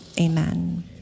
Amen